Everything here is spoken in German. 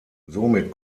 somit